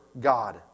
God